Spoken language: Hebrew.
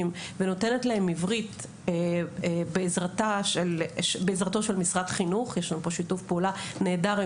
ללמד אותם עברית בעזרתו של משרד החינוך שאיתו יש לנו שיתוף פעולה נהדר.